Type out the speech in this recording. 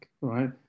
right